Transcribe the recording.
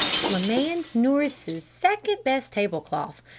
flamande nourice's second best table cloth.